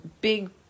big